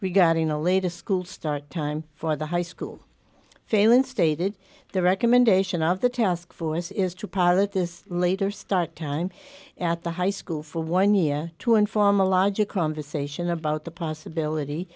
regarding the latest school start time for the high school failing stated the recommendation of the task force is to pilot this later start time at the high school for one year to inform a larger conversation about the possibility